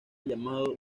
llamado